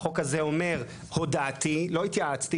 החוק הזה אומר: ״לא התייעצתי,